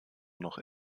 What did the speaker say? noch